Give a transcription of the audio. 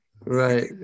Right